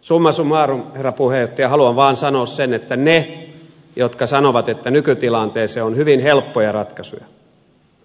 summa summarum herra puheenjohtaja haluan vaan sanoa sen että ne jotka sanovat että nykytilanteeseen on hyvin helppoja ratkaisuja